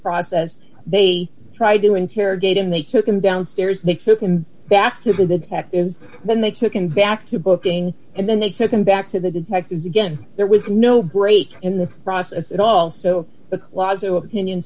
process they tried to interrogate him they took him downstairs they took him back to the detectives then they took him back to booking and then they took him back to the detectives again there was no break in the process at all so the clause of opinion